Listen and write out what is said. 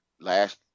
Last